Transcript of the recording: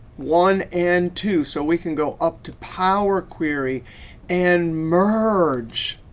one and two. so we can go up to power query and merge.